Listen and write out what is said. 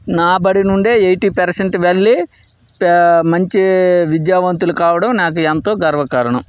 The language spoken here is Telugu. నా బడి నుండే ఎయిటీ పర్సెంట్ వెళ్ళి మంచి విద్యావంతులు కావడం నాకు ఎంతో గర్వకారణం